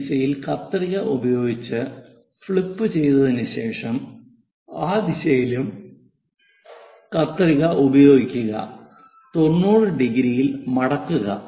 ഈ ദിശയിൽ കത്രിക ഉപയോഗിച്ച് ഫ്ലിപ്പു ചെയ്തതിനുശേഷം ആ ദിശയിലും കത്രിക ഉപയോഗിക്കുക 90 ഡിഗ്രിയിൽ മടക്കുക